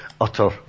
utter